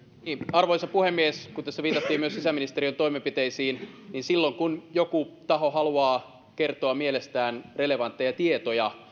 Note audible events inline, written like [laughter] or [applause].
arvoisa puhemies kun tässä viitattiin myös sisäministeriön toimenpiteisiin niin silloin kun joku taho haluaa kertoa mielestään relevantteja tietoja [unintelligible]